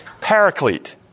Paraclete